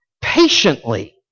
patiently